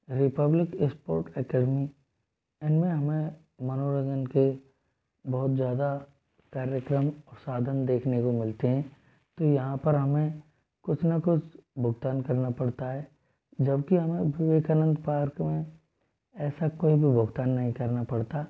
Republic sport academy इनमें मनोरंजन के बहुत ज़्यादा कार्यक्रम और साधन देखने को मिलते हैं तो यहाँ पर हमें कुछ ना कुछ भुगतान करना पड़ता है जब कि हमें विवेकानंद पार्क में ऐसा कोई भी भुगतान नहीं करना पड़ता